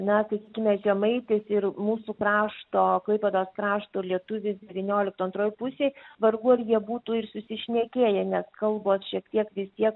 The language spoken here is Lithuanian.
na sakykime žemaitis ir mūsų krašto klaipėdos krašto lietuvis devyniolikto antroj pusėj vargu ar jie būtų ir susišnekėję nes kalbos šiek tiek vis tiek